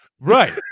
Right